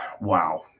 wow